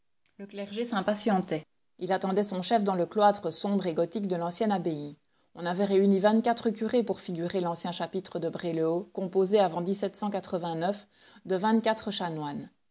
le clergé s'impatientait il attendait son chef dans le cloître sombre et gothique de l'ancienne abbaye on avait réuni vingt-quatre curés pour figurer l'ancien chapitre de bray le haut composé avant de